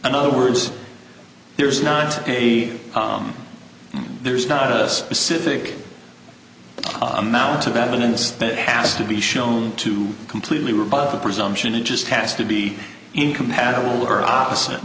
in other words there's not a there's not a specific amount of evidence that has to be shown to completely rebuttable presumption it just has to be incompatible or opposite